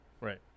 Right